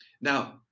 Now